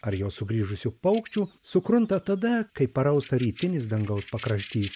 ar jau sugrįžusių paukščių sukrunta tada kai parausta rytinis dangaus pakraštys